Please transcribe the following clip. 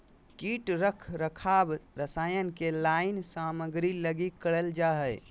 कीट रख रखाव रसायन के लाइन सामग्री लगी करल जा हइ